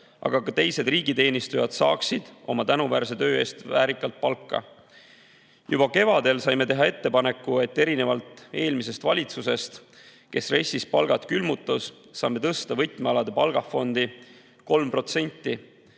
aga ka teised riigiteenistujad saaksid oma tänuväärse töö eest väärikat palka. Juba kevadel saime teha ettepaneku, et erinevalt eelmisest valitsusest, kes RES-is palgad külmutas, saame suurendada võtmealade palgafondi 3%.